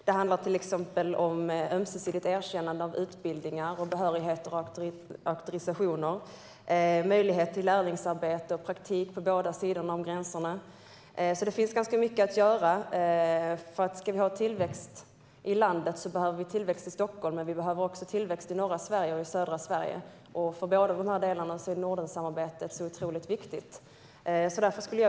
Det handlar till exempel om ömsesidigt erkännande av utbildningar, behörigheter och auktorisationer, möjlighet till lärlingsarbete och praktik på båda sidorna om gränserna. Det finns mycket att göra. För att få tillväxt i landet behövs tillväxt i Stockholm, men det behövs också tillväxt i norra Sverige och i södra Sverige. För båda dessa delar är Nordensamarbetet så otroligt viktigt.